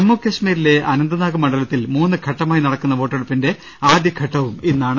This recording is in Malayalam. ജമ്മു കശ്മീരിലെ അനന്ത്നാഗ് മണ്ഡലത്തിൽ മൂന്ന് ഘട്ട മായി നടക്കുന്ന വോട്ടെടുപ്പിന്റെ ആദ്യഘട്ടവും ഇന്നാണ്